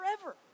forever